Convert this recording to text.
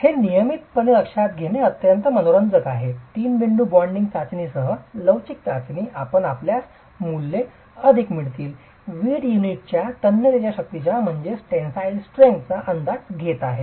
हे नियमितपणे लक्षात घेणे अत्यंत मनोरंजक आहे तीन बिंदूच्या बेंडिंगच्या चाचणीसह लवचिक चाचणी आपण असल्यास मूल्ये अधिक मिळतील वीट युनिटच्या तन्यतेच्या शक्तीचा अंदाज घेत आहे